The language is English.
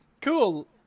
Cool